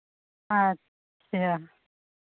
अच्छा